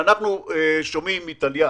אנחנו שומעים מטליה